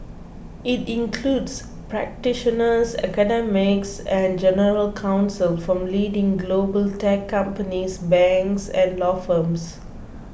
it includes practitioners academics and general counsel from leading global tech companies banks and law firms